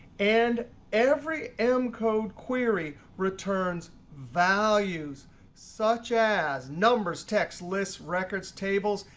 and every m code query returns values such as numbers, texts, lists, records, tables,